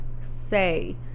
say